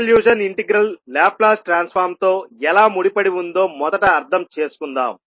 convolution integral Laplace ట్రాన్స్ఫార్మ్తో ఎలా ముడిపడి ఉందో మొదట అర్థం చేసుకుందాం